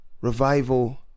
revival